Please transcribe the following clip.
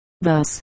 thus